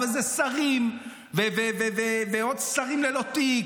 אבל זה שרים ועוד שרים ללא תיק,